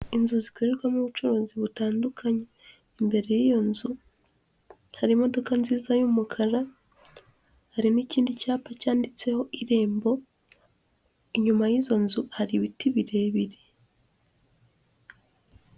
Inzu zikorerwamo ubucuruzi butandukanye, imbere y'iyo nzu hari imodoka nziza y'umukara, hari n'ikindi cyapa cyanditseho Irembo, inyuma y'izo nzu hari ibiti birebire.